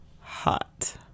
hot